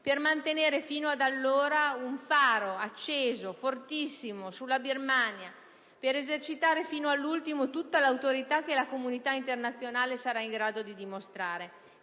per mantenere fino ad allora un faro acceso, fortissimo, sulla Birmania e per esercitare fino all'ultimo tutta l'autorità che la comunità internazionale sarà in grado di dimostrare.